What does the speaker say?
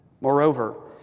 Moreover